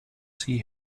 she